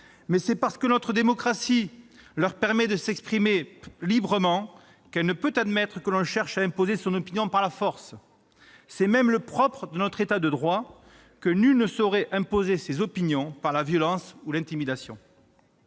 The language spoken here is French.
mais c'est parce que notre démocratie leur permet de s'exprimer librement qu'elle ne peut admettre que l'on cherche à imposer son opinion par la force. C'est même le propre de notre État de droit que nul ne saurait imposer ses opinions par la violence ou l'intimidation.